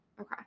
Okay